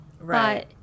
Right